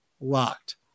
locked